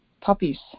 puppies